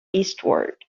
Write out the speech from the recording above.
eastward